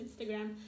Instagram